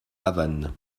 havane